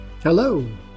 Hello